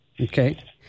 okay